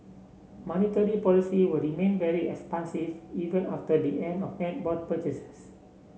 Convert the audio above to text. monetary policy will remain very expansive even after the end of net bond purchases